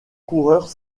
coureurs